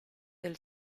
del